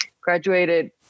graduated